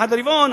אחת לרבעון,